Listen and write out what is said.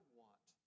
want